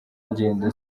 ingendo